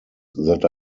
that